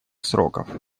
сроков